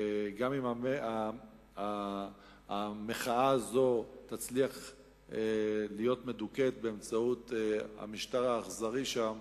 גם אם המחאה הזאת תדוכא באמצעות המשטר האכזרי שם,